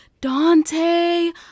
Dante